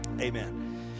amen